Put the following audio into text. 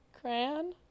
Crayon